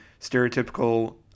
stereotypical